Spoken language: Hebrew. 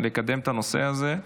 לקדם את הנושא הזה.